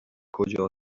کجا